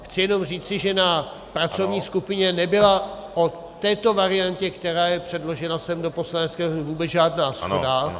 Chci jenom říci, že na pracovní skupině nebyla o této variantě, která je předložena sem do Poslanecké sněmovny, vůbec žádná shoda.